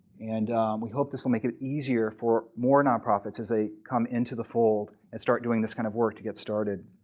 and we hope this will make it easier for more nonprofits as they come into the fold and start doing this kind of work to get started.